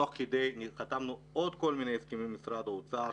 ותוך כדי חתמנו עוד כל מיני הסכמים עם משרד האוצר,